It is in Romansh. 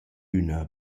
üna